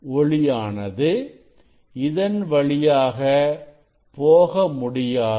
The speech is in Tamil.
ஒளியானது இதன் வழியாக போக முடியாது